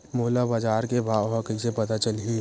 मोला बजार के भाव ह कइसे पता चलही?